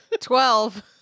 Twelve